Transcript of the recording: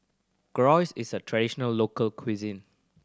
gyros is a traditional local cuisine